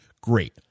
great